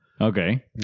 Okay